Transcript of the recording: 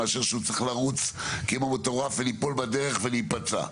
מאשר שהוא צריך לרוץ כמו מטורף וליפול בדרך ולהיפצע.